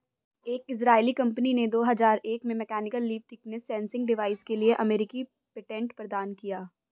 एक इजरायली कंपनी ने दो हजार एक में mechanical leaf thickness sensing device के लिए अमेरिकी पेटेंट प्रदान किया